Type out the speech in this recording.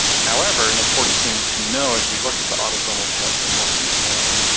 however an important thing to know as we look at the autosomal test in more detail,